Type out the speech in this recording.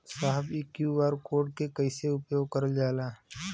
साहब इ QR code के कइसे उपयोग करल जाला?